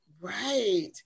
Right